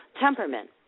temperament